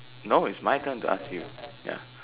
no is my turn to ask you ya